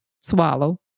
swallow